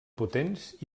potents